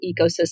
ecosystem